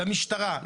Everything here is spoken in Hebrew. למשטרה,